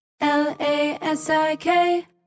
L-A-S-I-K